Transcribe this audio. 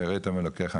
'ויראתם אלוקיך',